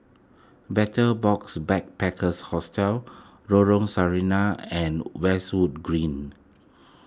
Betel Box Backpackers Hostel Lorong Sarina and Westwood Green